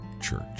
church